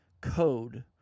code